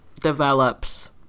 develops